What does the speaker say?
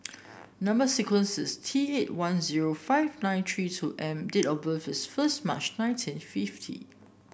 number sequence is T eight one zero five nine three two M date of birth is first March nineteen fifty